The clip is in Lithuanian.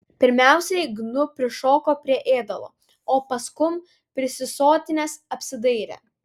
pirmiausiai gnu prišoko prie ėdalo o paskum prisisotinęs apsidairė